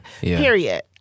Period